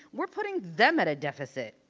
we're putting them at a deficit.